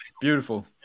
Beautiful